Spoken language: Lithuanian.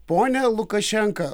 pone lukašenka